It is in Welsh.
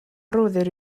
roddir